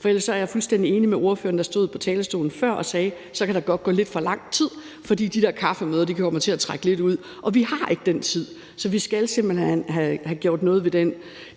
Ellers er jeg fuldstændig enig med ordføreren, der stod på talerstolen før, og sagde, at der så godt kan gå lidt for lang tid, fordi de der kaffemøder kommer til at trække lidt ud, og vi har ikke den tid. Så vi skal simpelt hen have gjort noget ved den